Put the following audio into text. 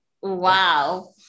Wow